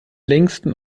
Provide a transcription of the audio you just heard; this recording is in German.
längsten